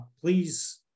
Please